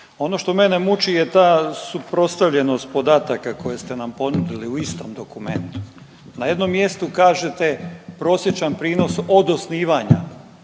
Ono što mene muči je ta suprotstavljenost podataka koje ste nam ponudili u istom dokumentu. Na jednom mjestu kažete prosječan prinosa od osnivanja